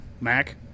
Mac